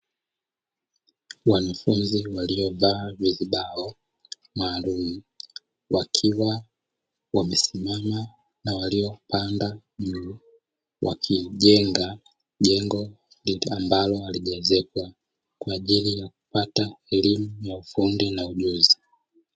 Wanafunzi waliovaa vizibao, maalumu wakiwa wamesimama na waliopanda juu wakijenga jengo jipya ambalo halijaezekwa kwa ajili ya kupata elimu ya ufundi na ujuzi.